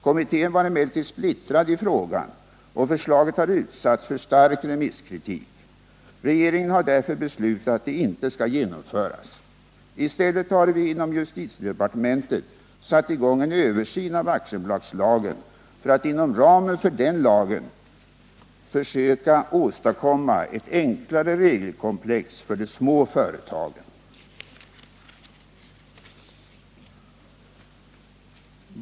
Kommittén var emellertid splittrad i frågan, och förslaget har utsatts för stark remisskritik. Regeringen har därför beslutat att det inte skall genomföras. I stället har vi inom justitiedepartementet satt i gång en översyn av aktiebolagslagen för att inom ramen för den lagen försöka åstadkomma ett enklare regelkomplex för de små företagen.